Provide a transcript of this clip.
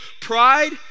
pride